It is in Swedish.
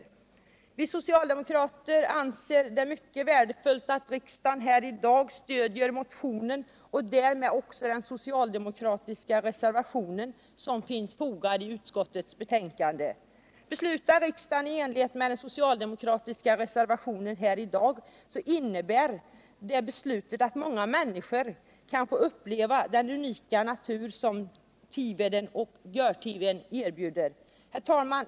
183 Nr 48 Vi socialdemokrater anser det mycket värdefullt att riksdagen här i dag stödjer motionen och därmed också den socialdemokratiska reservationen, som finns fogad vid utskottets betänkande. Beslutar riksdagen i enlighet med den socialdemokratiska reservationen här i dag, innebär det beslutet att många människor kan få uppleva den unika natur som Tiveden och Görtiven erbjuder. Herr talman!